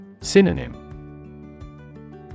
Synonym